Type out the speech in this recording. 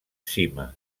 cima